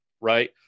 right